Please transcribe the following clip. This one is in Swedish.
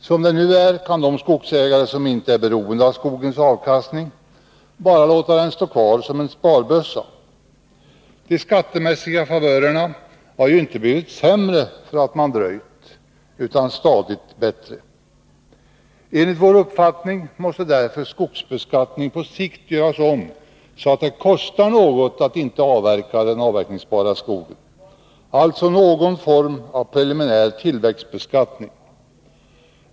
Som det nu är kan de skogsägare som inte är beroende av skogens avkastning bara låta den stå kvar som en sparbössa. De skattemässiga favörerna har ju inte blivit sämre för att man dröjt utan ständigt bättre. Enligt vår uppfattning måste därför skogsbeskattningen på sikt göras om så att det kostar något att inte avverka den avverkningsbara skogen, alltså någon form av preliminär tillväxtbeskattning.